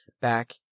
back